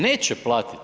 Neće platit.